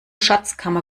schatzkammer